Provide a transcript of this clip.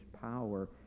power